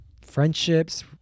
friendships